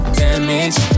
damage